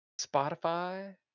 Spotify